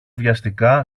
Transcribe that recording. βιαστικά